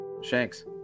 Shanks